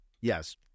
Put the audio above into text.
Yes